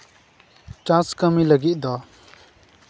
ᱪᱟᱥ ᱠᱟᱹᱢᱤ ᱞᱟᱹᱜᱤᱫ ᱫᱚ